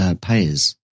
payers